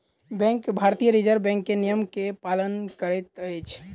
bank भारतीय reserve bank के नियम के पालन करैत अछि